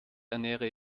ernähre